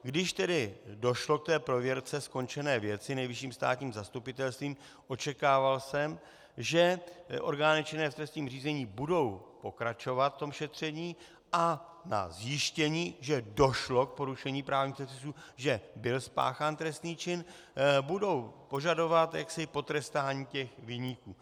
Když tedy došlo k té prověrce skončené věci Nejvyšším státním zastupitelstvím, očekával jsem, že orgány činné v trestním řízení budou pokračovat v šetření a na zjištění, že došlo k porušení právních předpisů, že byl spáchán trestný čin, budou požadovat potrestání viníků.